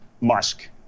Musk